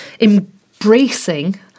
embracing